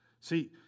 See